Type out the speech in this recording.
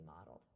modeled